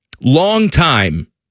longtime